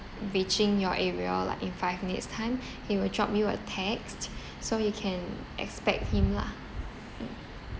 reaching your area like in five minutes time he will drop you a text so you can expect him lah mm